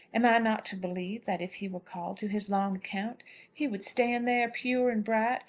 am i not to believe that if he were called to his long account he would stand there pure and bright,